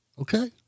okay